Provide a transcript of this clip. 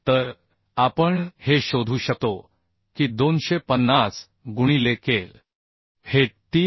तर आपण हे शोधू शकतो की 250 गुणिले KL